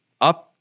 up